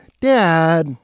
Dad